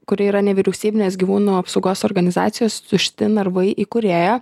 kuri yra nevyriausybinės gyvūnų apsaugos organizacijos tušti narvai įkūrėja